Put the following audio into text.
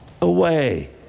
away